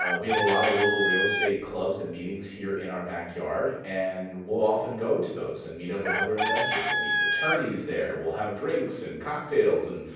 ah we have a lot of local real estate clubs and meetings here in our backyard, and we'll often go to those and meet up with other investors. we'll meet attorneys there. we'll have drinks and cocktails and